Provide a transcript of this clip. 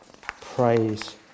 Praise